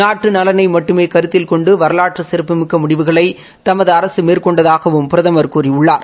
நாட்டு நலனை மட்டுமே கருத்தில் கொண்டு வரலாற்று சிறப்புமிக்க முடிவுகளை தமது அரக மேற்கொண்டதாகவும் பிரதமர் கூறியுள்ளார்